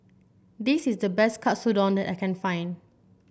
this is the best Katsudon that I can find